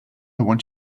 want